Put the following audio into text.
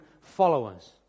followers